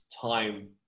time